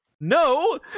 No